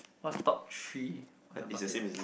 what's top three on your bucket list